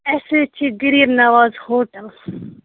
اَسہِ حظ چھِ غریٖب نواز ہوٹَل